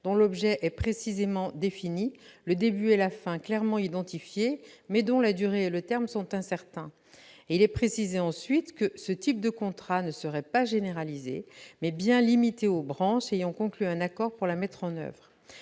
dont l'objet est précisément défini, le début et la fin clairement identifiés mais dont la durée et le terme sont incertains ». Il est indiqué ensuite que « ce type de contrat ne serait pas généralisé, mais bien limité aux branches ayant conclu un accord pour la mettre en oeuvre